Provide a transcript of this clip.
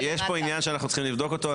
עניין שאנחנו צריכים לבדוק אותו,